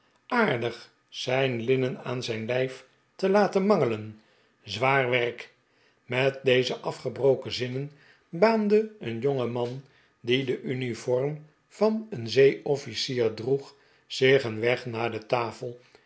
aardig zijn linnen aan zijn lijf te laten mangelen zwaar werk met deze afgebroken zinnen baande een jongeman die de uniform van een zeeofficier droeg zich een weg naar de tafel